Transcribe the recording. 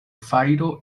fajro